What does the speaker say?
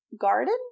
garden